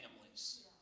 families